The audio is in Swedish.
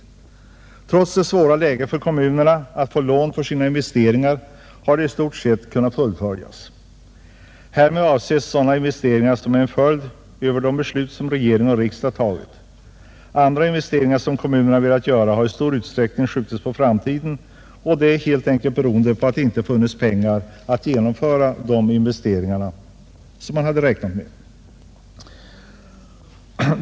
Trots det svåra läget för kommunerna att få lån för sina investeringar har dessa i stort sett kunnat fullföljas. Härmed avses sådana investeringar som blivit en följd av de beslut som regering och riksdag fattat. Andra investeringar som kommunerna velat ,göra har i stor utsträckning skjutits på framtiden, helt enkelt beroende på att det inte funnits pengar att genomföra de investeringar man räknat med.